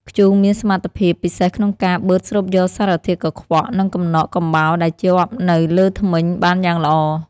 ធ្យូងមានសមត្ថភាពពិសេសក្នុងការបឺតស្រូបយកសារធាតុកខ្វក់ និងកំណកកំបោរដែលជាប់នៅលើធ្មេញបានយ៉ាងល្អ។